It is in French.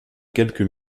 quelques